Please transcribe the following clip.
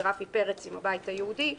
ורפי פרץ עם הבית היהודי.